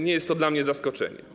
Nie jest to dla mnie zaskoczeniem.